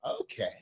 Okay